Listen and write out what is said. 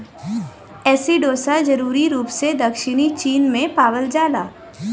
एसिडोसा जरूरी रूप से दक्षिणी चीन में पावल जाला